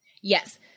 Yes